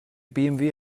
bmw